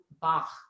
Bach